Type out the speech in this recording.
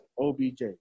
OBJ